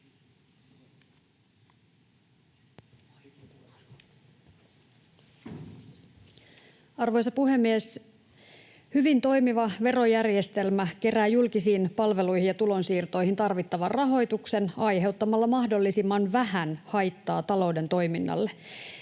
Arvoisa puhemies! Hyvin toimiva verojärjestelmä kerää julkisiin palveluihin ja tulonsiirtoihin tarvittavan rahoituksen aiheuttamalla mahdollisimman vähän haittaa talouden toiminnalle.